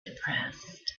depressed